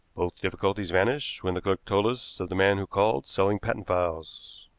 both difficulties vanished when the clerk told us of the man who called selling patent files.